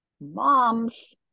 moms